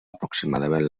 aproximadament